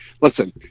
listen